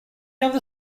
other